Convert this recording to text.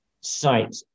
site